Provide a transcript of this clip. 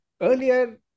earlier